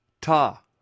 Ta